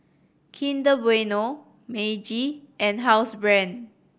Kinder Bueno Meiji and Housebrand